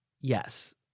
Yes